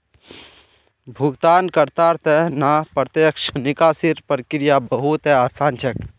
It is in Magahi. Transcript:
भुगतानकर्तार त न प्रत्यक्ष निकासीर प्रक्रिया बहु त आसान छेक